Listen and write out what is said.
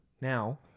Now